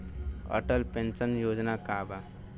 Atal pension Yojana का बा?